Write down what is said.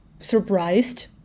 surprised